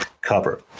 cover